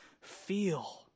feel